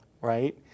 right